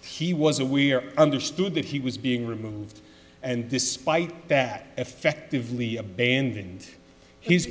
he was aware understood that he was being removed and despite that effectively abandoned he's